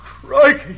crikey